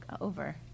over